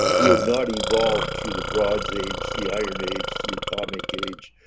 who did not evolve through the bronze age, the iron age. the atomic age,